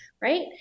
Right